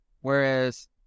whereas